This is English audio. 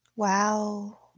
Wow